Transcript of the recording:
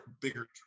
bigger